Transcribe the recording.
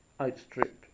outstrip